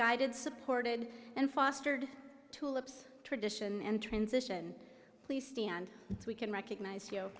guided supported and fostered tulips tradition and transition please stand so we can recognize you